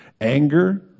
Anger